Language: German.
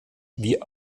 wie